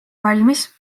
valmis